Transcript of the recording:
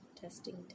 Testing